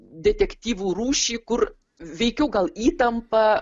detektyvų rūšį kur veikiau gal įtampa